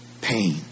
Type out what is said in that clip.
pain